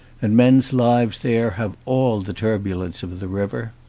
and men's lives there have all the turbulence of the river.